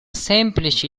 semplice